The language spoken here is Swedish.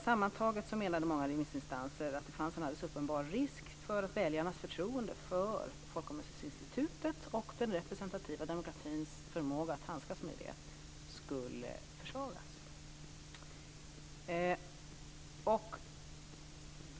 Sammantaget menade många remissinstanser att det fanns en alldeles uppenbar risk för att väljarnas förtroende för folkomröstningsinstitutet och den representativa demokratins förmåga att handskas med det skulle försvagas.